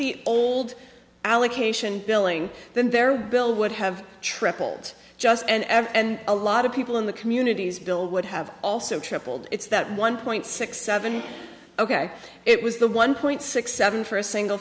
the old allocation billing then there will would have tripled just and a lot of people in the communities bill would have also tripled its that one point six seven ok it was the one point six seven for a single